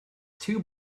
two